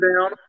down